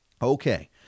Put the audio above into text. Okay